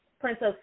Princess